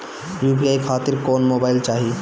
UPI खातिर कौन mobile चाहीं?